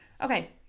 Okay